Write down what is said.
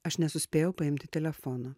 aš nesuspėjau paimti telefono